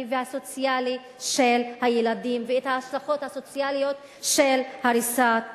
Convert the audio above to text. והסוציאלי של הילדים ואת ההשלכות הסוציאליות של הריסת בית.